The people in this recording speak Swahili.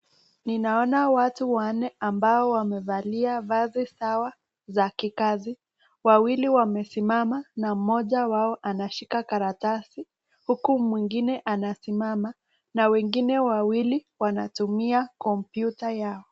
Ninaona watu wanne ambao wamevalia vazi sawa za kikazi wawili wamesimama na mmoja wao anashika karatasi huku mwingine anasimama na wengine wawili wanatumia kompyuta yao.